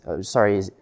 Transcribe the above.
sorry